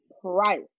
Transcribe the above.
price